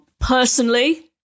Personally